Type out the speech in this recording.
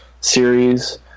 series